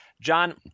John